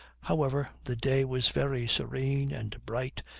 however, the day was very serene and bright,